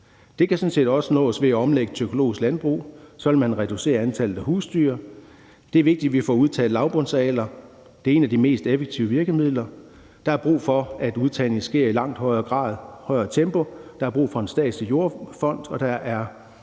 set også nås ved at omlægge til økologisk landbrug. Så ville man reducere antallet af husdyr. Det er vigtigt, at vi får udtaget lavbundsarealer. Det er et af de mest effektive virkemidler. Der er brug for, at udtagningen sker i langt højere grad og i et højere tempo, der er brug for en statslig jordfond, og der er